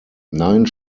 nine